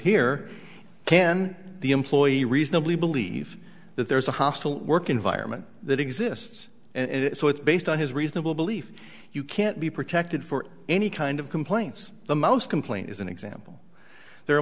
here can the employee reasonably believe that there is a hostile work environment that exists and if so it's based on his reasonable belief you can't be protected for any kind of complaints the most complaint is an example there are